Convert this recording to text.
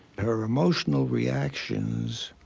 her emotional reactions